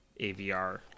AVR